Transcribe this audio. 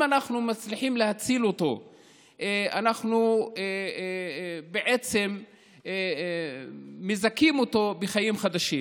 אם אנחנו מצליחים להציל אותו אנחנו בעצם מזכים אותו בחיים חדשים,